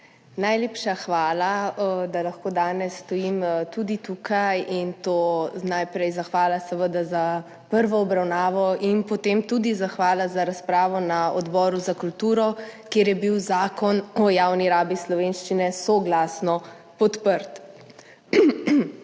Najlepša hvala, da lahko danes stojim tukaj, najprej seveda zahvala za prvo obravnavo in potem tudi zahvala za razpravo na Odboru za kulturo, kjer je bil Zakon o javni rabi slovenščine soglasno podprt.